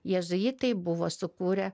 jėzuitai buvo sukūrę